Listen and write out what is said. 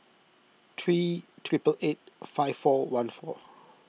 three treble eight five four one four